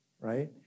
right